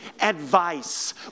advice